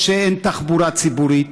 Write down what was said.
או שאין תחבורה ציבורית.